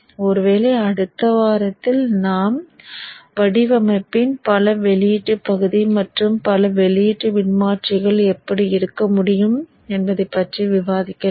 ஒருவேளை அடுத்த வாரத்தில் நாம் வடிவமைப்பின் பல வெளியீட்டு பகுதி மற்றும் பல வெளியீட்டு மின்மாற்றிகள் எப்படி இருக்க முடியும் என்பதைப் பற்றி விவாதிக்கலாம்